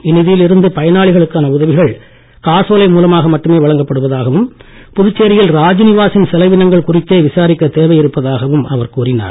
இந்நிதியில் இருந்து பயனாளிகளுக்கான உதவிகள் காசோலை மூலமாக மட்டுமே வழங்கப்படுவதாகவும் புதுச்சேரியில் ராஜ்நிவாசின் செலவினங்கள் குறித்தே விசாரிக்கத் தேவை இருப்பதாகவும் அவர் கூறினார்